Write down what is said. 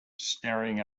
staring